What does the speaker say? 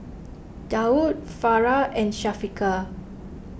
Daud Farah and Syafiqah